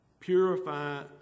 Purify